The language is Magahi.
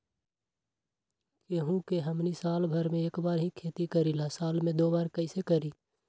गेंहू के हमनी साल भर मे एक बार ही खेती करीला साल में दो बार कैसे करी?